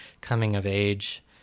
coming-of-age